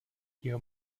jeho